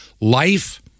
Life